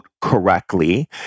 correctly